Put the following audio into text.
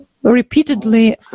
repeatedly